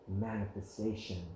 manifestation